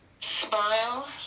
Smile